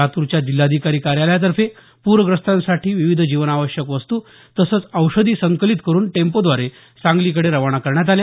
लातूरच्या जिल्हाधिकारी कार्यालयातर्फे पूरग्रस्तांसाठी विविध जीवनावश्यक वस्तू तसंच औषधी संकलित करुन टॅम्पोव्दारे सांगलीकडे रवाना करण्यात आल्या